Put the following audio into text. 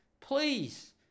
please